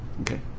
okay